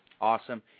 Awesome